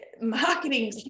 marketing